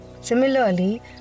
Similarly